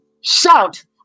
Shout